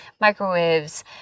microwaves